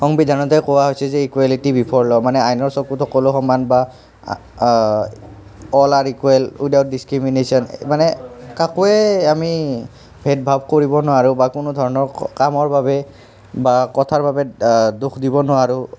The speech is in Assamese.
সংবিধানতে কোৱা হৈছে যে ইকুৱেলিটী বিফৰ ল' মানে আইনৰ চকুত সকলো সমান বা অল আৰ ইকুৱেল উইদৱাউট ডিচস্ক্ৰিমিনেশ্যন মানে কাকোৱে আমি ভেদ ভাৱ কৰিব নোৱাৰোঁ বা কোনো ধৰণৰ কামৰ বাবে বা কথাৰ বাবে দোষ দিব নোৱাৰোঁ